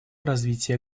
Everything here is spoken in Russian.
развития